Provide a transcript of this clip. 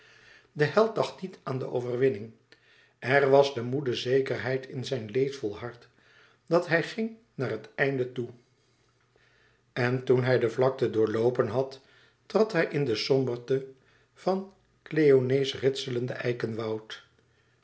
de held dacht niet aan de overwinning er was de moede zekerheid in zijn leedvol hart dat hij ging naar het einde toe en toen hij de vlakte doorloopen had trad hij in de somberte van kleonæ's ritsele eikenwoud